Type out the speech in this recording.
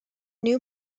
new